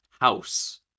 House